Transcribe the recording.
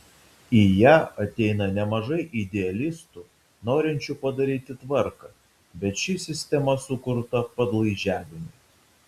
į ją ateina nemažai idealistų norinčių padaryti tvarką bet ši sistema sukurta padlaižiavimui